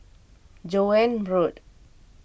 Joan Road